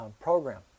program